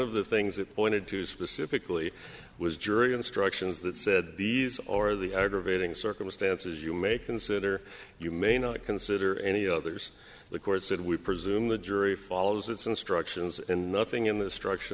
of the things that pointed to specifically was jury instructions that said these are the aggravating circumstances you may consider you may not consider any others the court said we presume the jury follows its instructions and nothing in th